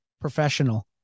professional